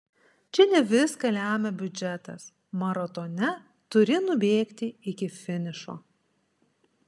čia ne viską lemia biudžetas maratone turi nubėgti iki finišo